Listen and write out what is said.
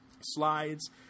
Slides